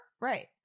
Right